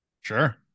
Sure